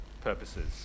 purposes